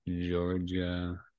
Georgia –